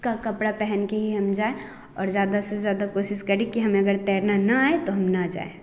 उसका कपड़ा पहन कर ही हम जाएँ और ज़्यादा से ज़्यादा कोशिश करें कि अगर हमें तैरना ना आए तो हम ना जाएँ